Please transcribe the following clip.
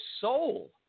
soul